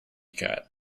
cat